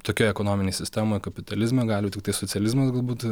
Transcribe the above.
tokioj ekonominėj sistemoj kapitalizme gali tiktai socializmas galbūt